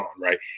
right